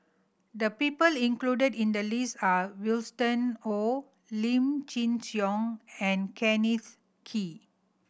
the people included in the list are Winston Oh Lim Chin Siong and Kenneth Kee